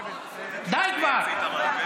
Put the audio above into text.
די כבר.